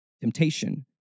temptation